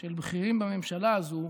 של בכירים בממשלה הזו,